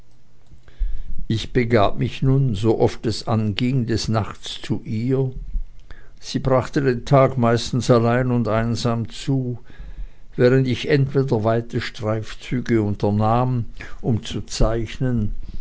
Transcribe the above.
ich begab mich nun sooft es anging des nachts zu ihr sie brachte den tag meistens allein und einsam zu während ich entweder weite streifzüge unternahm um zu zeichnen